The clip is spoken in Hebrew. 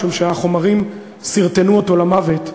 משום שהחומרים סרטנו אותו למוות.